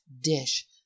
dish